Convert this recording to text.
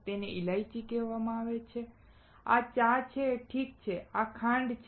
તેને ઇલાયચી કહેવામાં આવે છે આ ચા છે ઠીક છે આ ખાંડ છે